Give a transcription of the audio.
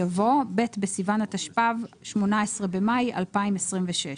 יבוא "ב' בסיון התשפ"ו (18 במאי 2026)"